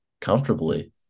comfortably